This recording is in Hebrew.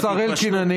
השר אלקין,